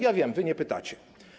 Ja wiem, wy nie pytacie.